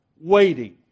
waiting